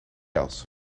else